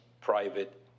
private